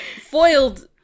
foiled